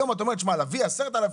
היום את אומרת 'תשמע להביא 10 אלף,